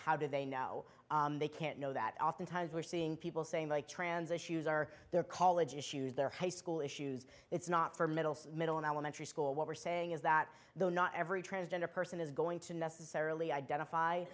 how do they know they can't know that oftentimes we're seeing people saying like transitions are their college issues they're high school issues it's not for middle middle and elementary school what we're saying is that though not every transgender person is going to necessarily identify